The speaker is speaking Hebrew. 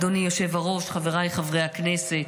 אדוני היושב-ראש, חבריי חברי הכנסת,